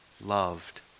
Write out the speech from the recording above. loved